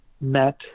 met